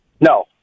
No